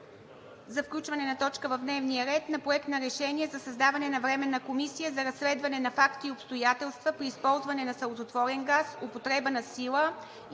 за включване на точка в дневния ред – Проект на решение за създаване на Временна комисия за разследване на факти и обстоятелства при използване на сълзотворен газ, употреба на сила и